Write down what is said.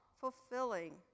fulfilling